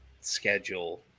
schedule